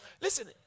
Listen